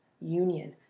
Union